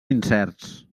incerts